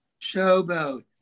Showboat